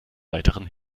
weiteren